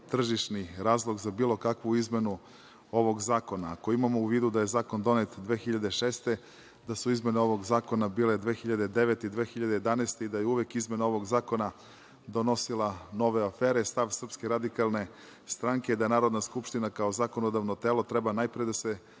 tržišni razlog za bilo kakvu izmenu ovog zakona. Ako imamo u vidu da je zakon donet 2006. godine, da su izmene ovog zakona bile 2009. i 2011. godine i da je uvek izmena ovog zakona donosila nove afere, stav SRS je da Narodna skupština kao zakonodavno telo treba najpre da se